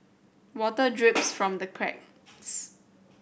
water drips from the cracks